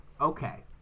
okay